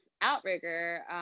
outrigger